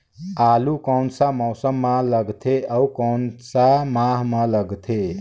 आलू कोन सा मौसम मां लगथे अउ कोन सा माह मां लगथे?